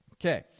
okay